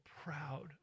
proud